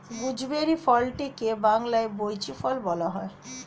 gooseberry ফলটিকে বাংলায় বৈঁচি ফল বলা হয়